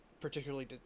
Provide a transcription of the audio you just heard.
particularly